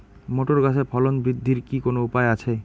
Motor গাছের ফলন বৃদ্ধির কি কোনো উপায় আছে?